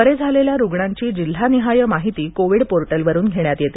बरे झालेल्या रुग्णांची जिल्ह्यानिहाय माहिती कोविड पोर्टलवरुन घेण्यात येते